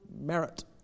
merit